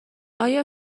آیا